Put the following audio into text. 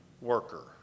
worker